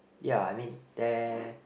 ya I mean there